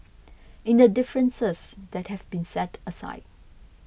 in the differences that have been set aside